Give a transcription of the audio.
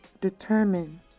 determine